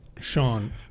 Sean